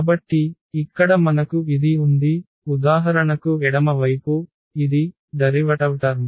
కాబట్టి ఇక్కడ మనకు ఇది ఉంది ఉదాహరణకు ఎడమ వైపు ఇది ఉత్పన్న పదం